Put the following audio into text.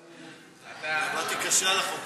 אני עבדתי קשה על החוק הזה.